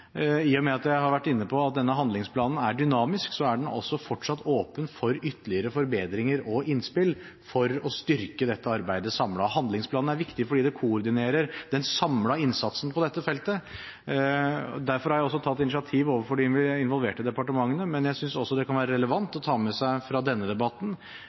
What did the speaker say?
I og med at jeg har vært inne på at denne handlingsplanen er dynamisk, er den også fortsatt åpen for ytterligere forbedringer og innspill for å styrke dette arbeidet samlet. Handlingsplanen er viktig, for den koordinerer den samlede innsatsen på dette feltet. Derfor har jeg tatt initiativ overfor de involverte departementene. Men jeg synes også det kan være relevant å ta med seg innspill fra denne debatten